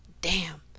Damn